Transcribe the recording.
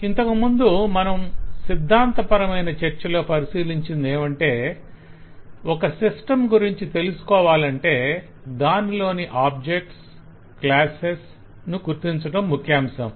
ఇంతకుముందు మన సిద్ధాంతపరమైన చర్చలో పరిశీలించింది ఏమంటే ఒక సిస్టం గురించి తెలుసుకోవాలంటే దానిలోని ఆబ్జెక్ట్స్ క్లాసెస్ ను గుర్తించడం ముఖ్యాంశం